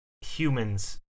humans